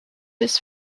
his